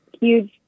huge